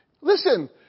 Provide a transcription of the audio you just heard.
Listen